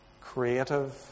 creative